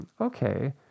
okay